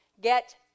get